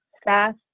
staff